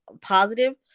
positive